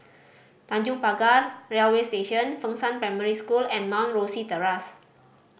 Tanjong Pagar Railway Station Fengshan Primary School and Mount Rosie Terrace